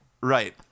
Right